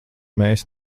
mēs